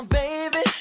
baby